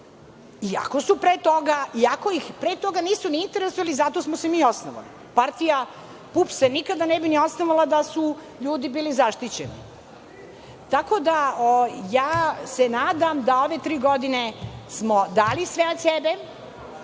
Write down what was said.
iako ih pre toga nisu ni interesovali zato smo se i mi osnovali. Partija PUPS nikada se ne bi osnovala da su ljudi bili zaštićeni. Tako da, ja se nadam da smo ove tri godine dali sve od sebe,